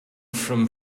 from